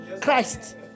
Christ